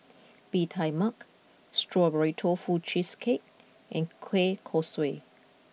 Bee Tai Mak Strawberry Tofu Cheesecake and Kueh Kosui